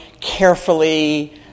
carefully